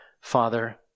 Father